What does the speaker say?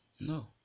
No